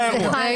זה האירוע.